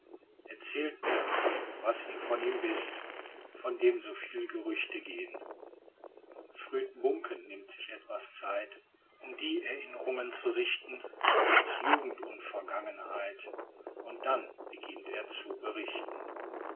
erzählt mir was ihr von ihm wißt von dem so viel gerüchte gehen früd buncken nimmt sich etwas zeit um die erinnrungen zu sichten aus jugend und vergangenheit und dann beginnt er zu berichten